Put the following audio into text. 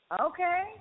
Okay